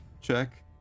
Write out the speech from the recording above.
check